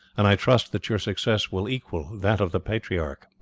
and i trust that your success will equal that of the patriarch.